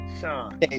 Sean